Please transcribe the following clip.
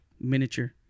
miniature